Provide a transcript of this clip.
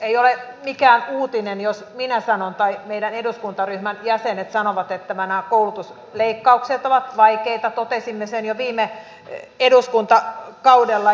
ei ole mikään uutinen jos minä sanon tai meidän eduskuntaryhmämme jäsenet sanovat että nämä koulutusleikkaukset ovat vaikeita totesimme sen jo viime eduskuntakaudella